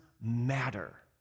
matter